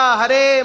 Hare